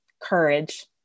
courage